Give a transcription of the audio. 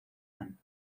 man